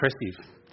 impressive